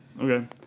Okay